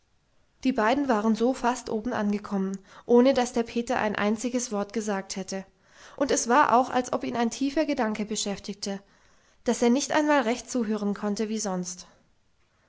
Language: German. die beiden waren so fast oben angekommen ohne daß der peter ein einziges wort gesagt hätte und es war auch als ob ihn ein tiefer gedanke beschäftigte daß er nicht einmal recht zuhören konnte wie sonst